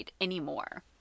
anymore